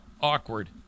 awkward